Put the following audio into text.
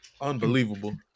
unbelievable